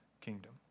kingdom